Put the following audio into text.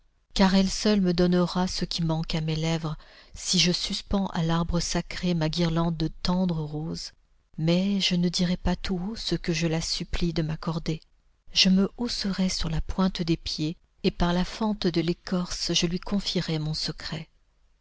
car elle seule me donnera ce qui manque à mes lèvres si je suspends à larbre sacré ma guirlande de tendres roses mais je ne dirai pas tout haut ce que je la supplie de m'accorder je me hausserai sur la pointe des pieds et par la fente de l'écorce je lui confierai mon secret